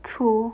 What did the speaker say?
true